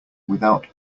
without